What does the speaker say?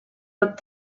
looked